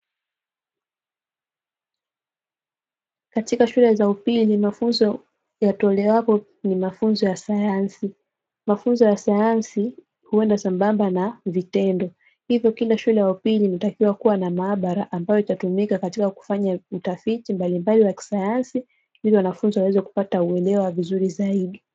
Katika shule za upili mafunzo yatolewapo ni mafunzo ya sayansi. Mafunzo ya sayansi huenda sambamba na vitendo, hivyo kila shule ya upili inatakiwa kuwa na maabara ambayo itatumika katika kufanya utafiti mbalimbali wa kisayansi ili wanafunzi waweze kupata uelewa vizuri zaidi.